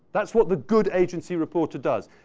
that's what the good agency reporter does.